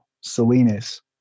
Salinas